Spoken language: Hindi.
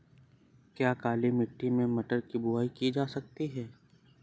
क्या काली मिट्टी में मटर की बुआई की जा सकती है?